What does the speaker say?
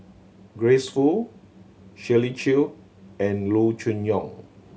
Grace Fu Shirley Chew and Loo Choon Yong